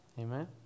Amen